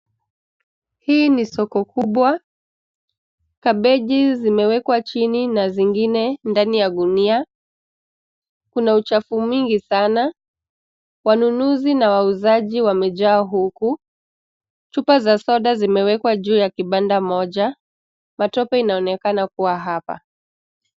Hii ni soko kubwa. Kabeji zimewekwa chini na zingine ndani ya gunia. Kuna uchafu mwingi sana. Wanunuzi na wauzaji wamejaa huku. Chupa za soda zimewekwa juu ya kibanda moja matope inaonekana kuwa hapa.